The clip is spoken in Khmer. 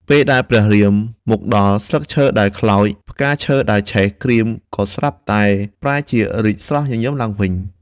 ពេលដែលព្រះ រាមមកដល់ ស្លឹកឈើដែលខ្លោច ផ្កាឈើដែល ឆេះក្រៀមក៏ស្រាប់ តែប្រែជារីកស្រស់ញញឹមឡើងវិញ។